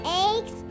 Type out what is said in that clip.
eggs